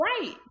Right